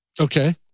okay